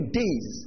days